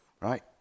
right